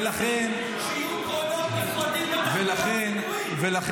אז אני אומר לך